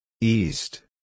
East